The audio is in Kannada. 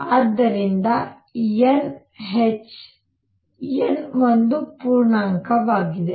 ಆದ್ದರಿಂದ n h n ಒಂದು ಪೂರ್ಣಾಂಕವಾಗಿದೆ